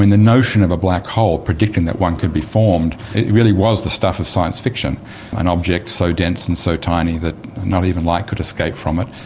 and the notion of a black hole, predicting that one could be formed, it really was the stuff of science fiction an object so dense and so tiny that not even light could escape from it,